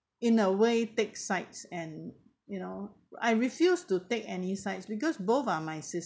in a way take sides and you know I refused to take any sides because both are my sis~